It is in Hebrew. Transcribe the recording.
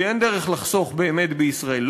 כי אין דרך לחסוך באמת בישראל.